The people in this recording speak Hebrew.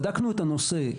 בדקנו את הנושא.